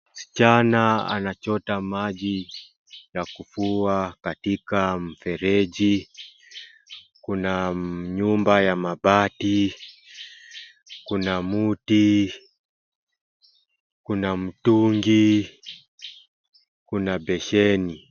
Msichana anachota maji ya kufua katika mfereji kuna nyumba ya mabati, kuna mti, kuna mtungi kuna besheni.